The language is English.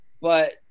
but-